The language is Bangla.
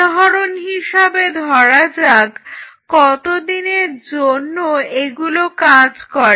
উদাহরণ হিসেবে ধরা যাক কতদিনের জন্য এগুলো কাজ করে